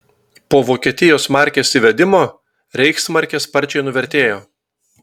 po vokietijos markės įvedimo reichsmarkė sparčiai nuvertėjo